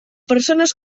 persones